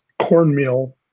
cornmeal